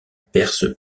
perse